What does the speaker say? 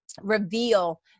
Reveal